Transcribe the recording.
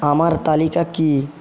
আমার তালিকা কী